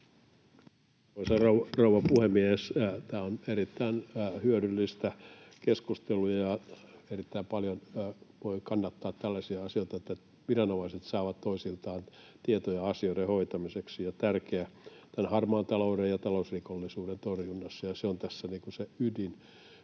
rouva puhemies! Tämä on erittäin hyödyllistä keskustelua. Erittäin paljon voi kannattaa tällaisia asioita, että viranomaiset saavat toisiltaan tietoja asioiden hoitamiseksi, ja tämä on tärkeää harmaan talouden ja talousrikollisuuden torjunnassa. Se on tässä myöskin